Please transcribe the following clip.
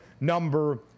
number